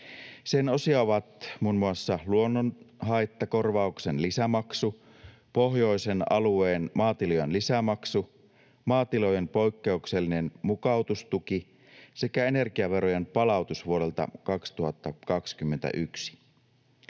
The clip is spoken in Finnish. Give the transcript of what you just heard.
Sen osia ovat muun muassa luonnonhaittakorvauksen lisämaksu, pohjoisen alueen maatilojen lisämaksu, maatilojen poikkeuksellinen mukautustuki sekä energiaverojen palautus vuodelta 2021.